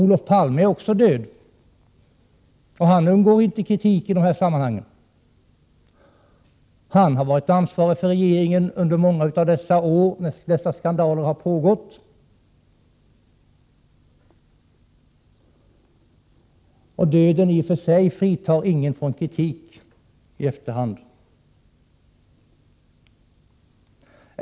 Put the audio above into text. Olof Palme är också död, och han undgår inte kritik i de här sammanhangen. Han har varit ansvarig för regeringen under många av de år när dessa skandaler har pågått. Döden i och för sig fritar ingen från kritik i efterhand.